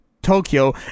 Tokyo